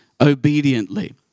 obediently